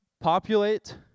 populate